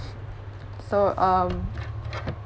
so um